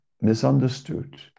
misunderstood